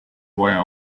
via